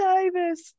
Davis